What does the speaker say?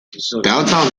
downtown